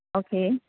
okay